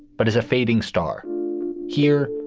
but is a fading star here,